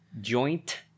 joint